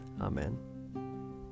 Amen